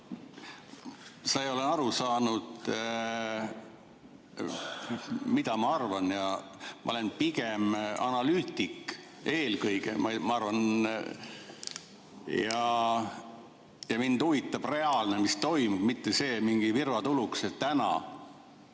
sa ei ole aru saanud, mida ma arvan. Ja ma olen pigem analüütik eelkõige, ma arvan. Ja mind huvitab reaalne, see, mis toimub, mitte mingid virvatulukesed täna.